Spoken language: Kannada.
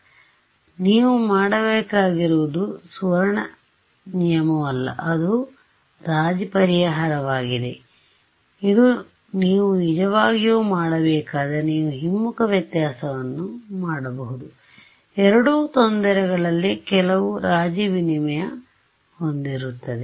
ಆದ್ದರಿಂದನೀವು ಮಾಡಬೇಕಾಗಿರುವುದು ಸುವರ್ಣ ನಿಯಮವಲ್ಲ ಅದು ರಾಜಿ ಪರಿಹಾರವಾಗಿದೆ ಇದು ನೀವು ನಿಜವಾಗಿಯೂ ಮಾಡಬೇಕಾದರೆ ನೀವು ಹಿಮ್ಮುಖ ವ್ಯತ್ಯಾಸವನ್ನು ಮಾಡಬಹುದು ಎರಡೂ ತೊಂದರೆಗಳಲ್ಲಿ ಕೆಲವು ರಾಜಿವಿನಿಮಯ ಹೊಂದಿರುತ್ತದೆ